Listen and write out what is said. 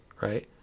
right